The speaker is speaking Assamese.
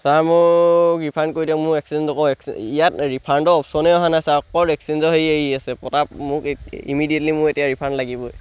ছাৰ মোক ৰিফাণ্ড কৰি দিয়ক মোৰ এক্সেঞ্জ নকৰো এক্স ইয়াত ৰিফাণ্ডৰ অপশ্যনেই অহা নাই ছাৰ অকল এক্সেঞ্জৰ হেৰি আহি আছে পতা মোক ইমিডিয়েটলি মোক এতিয়া ৰিফাণ্ড লাগিবই